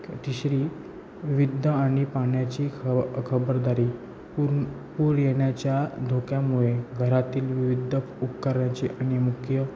तिसरी विविध आणि पाण्याची खब खबरदारी पूर्ण पूर येण्याच्या धोक्यामुळे घरातील विविध उपकरणाची आणि मुख्य